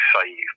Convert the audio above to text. save